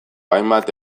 hainbat